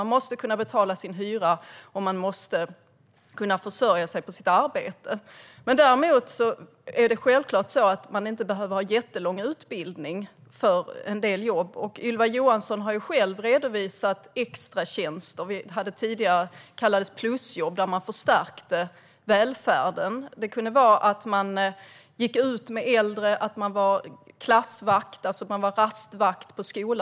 Man måste kunna betala sin hyra och man måste kunna försörja sig på sitt arbete. Däremot är det självklart så att man inte behöver ha jättelång utbildning för en del jobb. Ylva Johansson har ju själv redovisat extratjänster, som tidigare kallades plusjobb, vilka förstärker välfärden. Extratjänsterna kan vara att man går ut med äldre eller att man är rastvakt på en skola.